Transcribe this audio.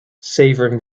savouring